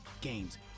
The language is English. Games